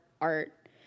art